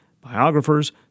biographers